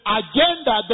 agenda